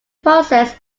process